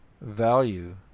value